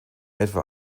etwa